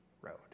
road